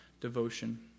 devotion